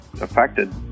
affected